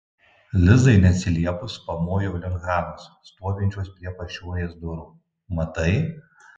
lizai neatsiliepus pamojau link hanos stovinčios prie pašiūrės durų matai